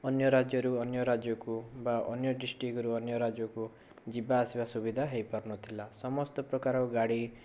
ଅନ୍ୟ ରାଜ୍ୟରୁ ଅନ୍ୟ ରାଜ୍ୟକୁ ବା ଅନ୍ୟ ଡିଷ୍ଟ୍ରିକ୍ଟରୁ ଅନ୍ୟ ରାଜ୍ୟକୁ ଯିବା ଆସିବା ସୁବିଧା ହୋଇ ପାରୁନଥିଲା ସମସ୍ତ ପ୍ରକାର ଗାଡ଼ି